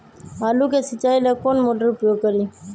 आलू के सिंचाई ला कौन मोटर उपयोग करी?